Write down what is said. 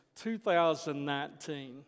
2019